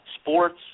sports